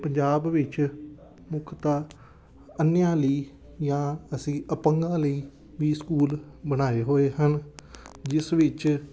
ਪੰਜਾਬ ਵਿੱਚ ਮੁੱਖ ਤਾਂ ਅੰਨਿਆਂ ਲਈ ਜਾਂ ਅਸੀਂ ਅਪੰਗਾਂ ਲਈ ਵੀ ਸਕੂਲ ਬਣਾਏ ਹੋਏ ਹਨ ਜਿਸ ਵਿੱਚ